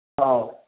ꯑꯧ